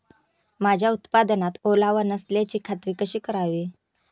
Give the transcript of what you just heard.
माझ्या उत्पादनात ओलावा नसल्याची खात्री कशी करावी?